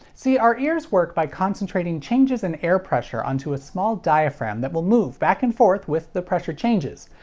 see our ears work by concentrating changes in air pressure onto a small diaphragm that will move back and forth with the pressure changes.